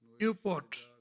Newport